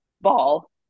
ball –